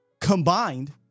combined